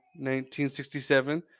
1967